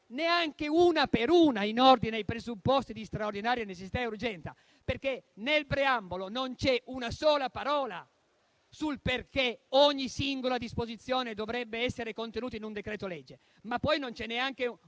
non sono motivate in ordine ai presupposti di straordinaria necessità e urgenza, perché nel preambolo non c'è una sola parola sul perché ogni singola disposizione dovrebbe essere contenuta in un decreto-legge, ma che poi non c'è neanche alcuno